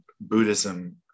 Buddhism